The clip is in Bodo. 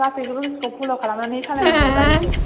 गासिबो रुल्सखौ फल' खालामनानै सालायनांगौ गारिखौ